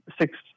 six